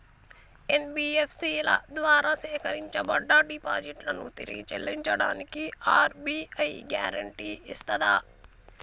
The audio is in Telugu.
ఎన్.బి.ఎఫ్.సి ల ద్వారా సేకరించబడ్డ డిపాజిట్లను తిరిగి చెల్లించడానికి ఆర్.బి.ఐ గ్యారెంటీ ఇస్తదా?